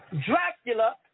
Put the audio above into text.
Dracula